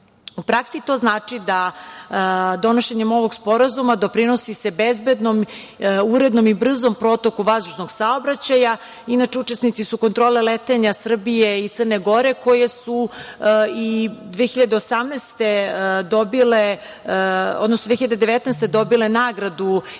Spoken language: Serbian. praksi to znači da donošenjem ovog sporazuma doprinosi se bezbednom, urednom i brzom protoku vazdušnog saobraćaja. Inače, učesnici su kontrole letenja Srbije i Crne Gore koje su i 2018. godine dobile,